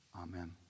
Amen